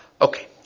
Okay